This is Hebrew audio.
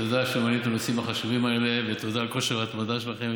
תודה שאתם מעלים את הנושאים החשובים האלה ותודה על כושר ההתמדה שלכם,